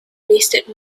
wasted